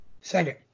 second